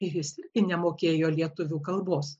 ir jis nemokėjo lietuvių kalbos